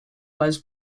les